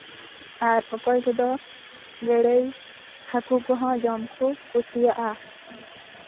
ᱟᱨ ᱚᱠᱚᱭ ᱠᱚᱫᱚ ᱜᱟᱹᱲᱟᱹᱭ ᱦᱟᱹᱠᱩ ᱠᱚᱦᱚᱸ ᱡᱚᱢ ᱠᱚ ᱠᱩᱥᱤᱭᱟᱜᱼᱟ